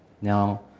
Now